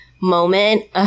moment